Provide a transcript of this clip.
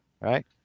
right